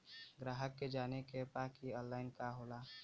ग्राहक के जाने के बा की ऑनलाइन का होला?